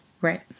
Right